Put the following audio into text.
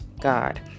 god